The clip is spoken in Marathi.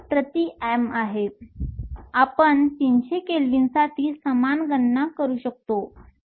आपण 300 केल्विनसाठी समान गणना करू शकतो